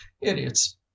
idiots